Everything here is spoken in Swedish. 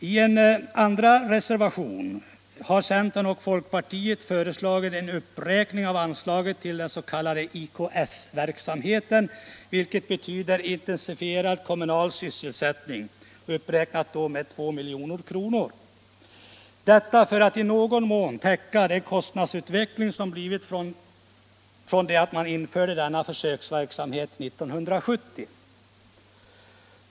I reservationen 5 har centern och folkpartiet föreslagit en uppräkning av anslaget till den s.k. IKS-verksamheten med 2 milj.kr., detta för att i någon mån täcka den kostnadsfördyring som inträtt sedan försöksverksamheten infördes 1970.